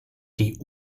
die